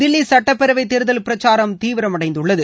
தில்லி சட்டப்பேரவை தேர்தல் பிரச்சாரம் தீவிரமடைந்துள்ளது